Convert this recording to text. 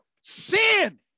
sin